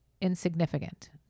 insignificant